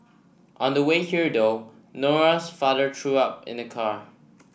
on the way here though Nora's father threw up in the car